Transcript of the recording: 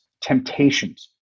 temptations